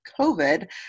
COVID